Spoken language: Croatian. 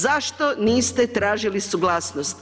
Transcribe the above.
Zašto niste tražili suglasnost?